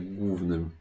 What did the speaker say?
głównym